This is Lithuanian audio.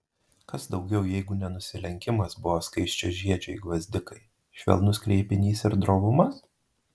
kas daugiau jeigu ne nusilenkimas buvo skaisčiažiedžiai gvazdikai švelnus kreipinys ir drovumas